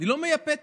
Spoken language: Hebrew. אני לא מייפה את